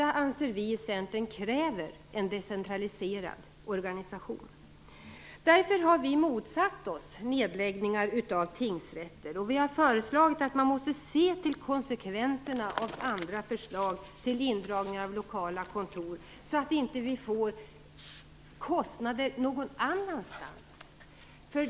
Vi i Centern anser att detta kräver en decentraliserad organisation. Därför har vi motsatt oss nedläggningar av tingsrätter. Vi har föreslagit att man skall se till konsekvenserna av andra förslag till indragningar av lokala kontor så att vi inte får kostnader någon annanstans.